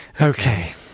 Okay